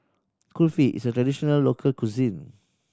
Kulfi is a traditional local cuisine